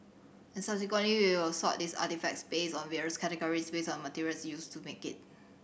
and subsequently we will sort these artefacts based on various categories based on materials used to make it